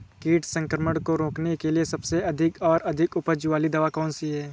कीट संक्रमण को रोकने के लिए सबसे अच्छी और अधिक उत्पाद वाली दवा कौन सी है?